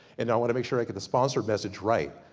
and i want to make sure i get the sponsor message right.